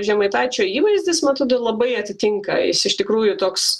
žemaitaičio įvaizdis man atrodo labai atitinka jis iš tikrųjų toks